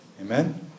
Amen